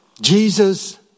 Jesus